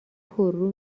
پررو